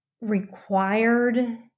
required